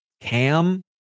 Cam